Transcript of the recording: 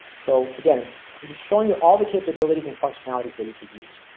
so again, i'm just showing you all the capabilities and functionalities that you use.